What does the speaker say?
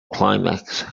climax